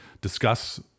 discuss